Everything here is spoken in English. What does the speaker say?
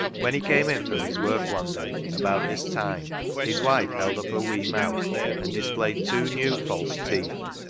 when he came in from his work one day about this time his wife held up her wee mouth and displayed two new false teeth.